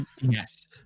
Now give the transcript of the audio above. Yes